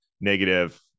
negative